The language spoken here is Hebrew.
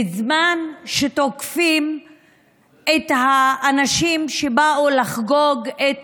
בזמן שתוקפים את האנשים שבאו לחגוג את